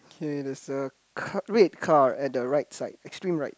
okay that's a ca~ red card at the right side extreme right